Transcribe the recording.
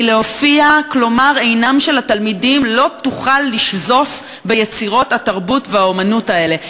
כלומר עינם של התלמידים לא תוכל לשזוף את יצירות התרבות והאמנות האלה.